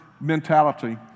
mentality